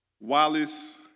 Wallace